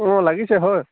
অঁ লাগিছে হয়